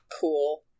cool